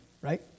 right